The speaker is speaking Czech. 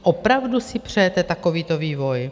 Opravdu si přejete takovýto vývoj?